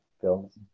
films